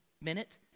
minute